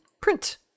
print